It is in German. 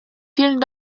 vielen